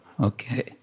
Okay